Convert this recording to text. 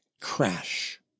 crash